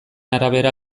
arabera